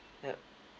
yup